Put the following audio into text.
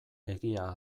egia